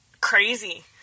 crazy